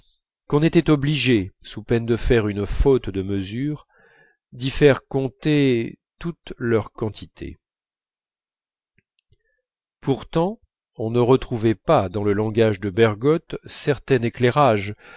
qu'on était obligé sous peine de faire une faute de mesure d'y faire compter toute leur quantité pourtant on ne retrouvait pas dans le langage de bergotte certain éclairage